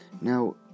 Now